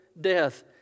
death